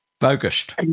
focused